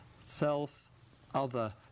self-other